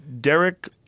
Derek